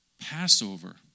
Passover